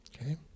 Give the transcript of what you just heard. okay